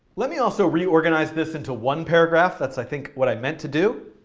let me also reorganize this into one paragraph. that's, i think, what i meant to do.